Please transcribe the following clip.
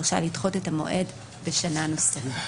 רשאי לדחות את המועד בשנה נוספת.